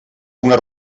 una